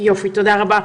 תודה רבה.